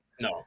No